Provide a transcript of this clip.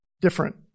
Different